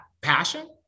passion